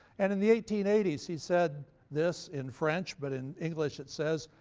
and in the eighteen eighty s he said this in french, but in english it says,